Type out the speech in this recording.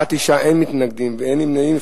בעד, 9, אין מתנגדים ואין נמנעים.